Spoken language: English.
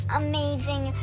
amazing